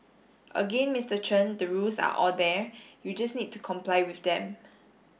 again Mister Chen the rules are all there you just need to comply with them